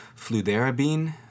fludarabine